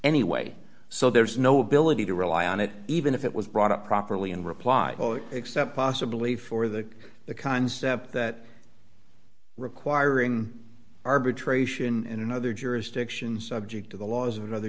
anyway so there's no ability to rely on it even if it was brought up properly in reply except possibly for the the concept that requiring arbitration in other jurisdictions subject to the laws of another